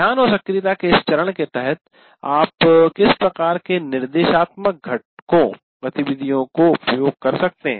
ध्यान और सक्रियता के इस चरण के तहत आप किस प्रकार के निर्देशात्मक घटकों गतिविधियों का उपयोग कर सकते हैं